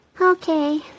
Okay